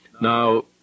Now